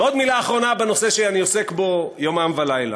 ועוד מילה אחרונה, בנושא שאני עוסק בו יומם ולילה.